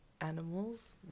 animals